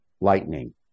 lightning